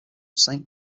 saint